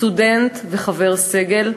סטודנט וחבר סגל,